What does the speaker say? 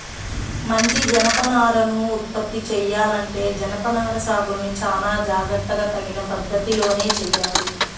మంచి జనపనారను ఉత్పత్తి చెయ్యాలంటే జనపనార సాగును చానా జాగర్తగా తగిన పద్ధతిలోనే చెయ్యాలి